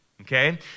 Okay